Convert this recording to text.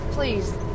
Please